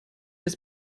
ist